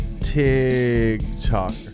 TikTok